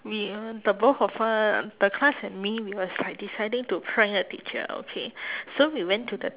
we uh the both of uh the class and me we was like deciding to prank a teacher okay so we went to the